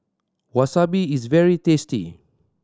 wasabi is very tasty